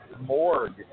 morgue